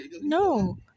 No